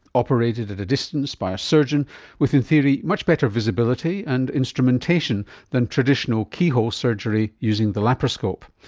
operated at a distance by a surgeon with in theory much better visibility and instrumentation than traditional keyhole surgery using the laparoscope.